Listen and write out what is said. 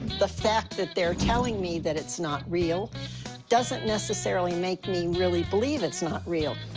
the fact that they're telling me that it's not real doesn't necessarily make me really believe it's not real.